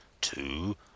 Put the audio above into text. Two